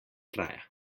traja